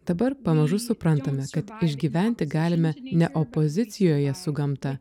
dabar pamažu suprantame kad išgyventi galime ne opozicijoje su gamta